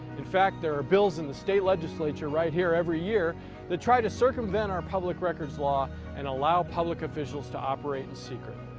in fact, there are bills in the state legislature right here every year that try to circumvent our public records law and allow public officials to operate in secret.